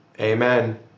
Amen